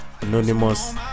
anonymous